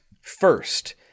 First